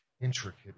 intricate